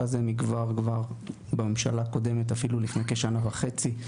זה מכבר בממשלה הקודמת אפילו לפני כשנה וחצי,